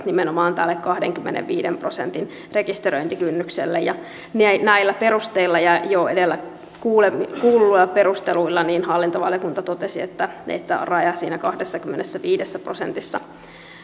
nimenomaan tälle kahdenkymmenenviiden prosentin rekisteröintikynnykselle ja näillä ja jo edellä kuulluilla kuulluilla perusteluilla hallintovaliokunta totesi että raja siinä kahdessakymmenessäviidessä prosentissa